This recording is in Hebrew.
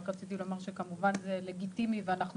רק רציתי לומר שכמובן זה לגיטימי ואנחנו